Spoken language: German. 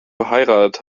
verheiratet